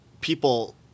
people